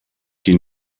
qui